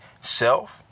self